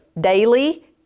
daily